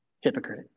Hypocrite